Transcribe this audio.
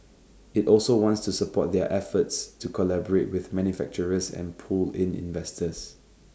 IT also wants to support their efforts to collaborate with manufacturers and pull in investors